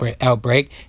outbreak